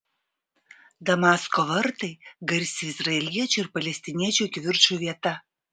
damasko vartai garsi izraeliečių ir palestiniečių kivirčų vieta